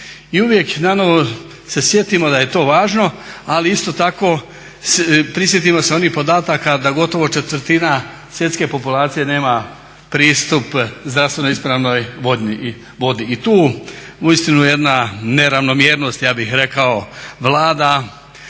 I uvijek nanovo se sjetimo da je to važno, ali isto tako prisjetimo se onih podataka da gotovo četvrtina svjetske populacije nema pristup zdravstveno ispravnoj vodi. I tu uistinu jedna neravnomjernost ja bih rekao vlada.